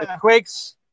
Quakes